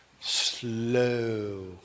slow